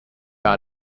are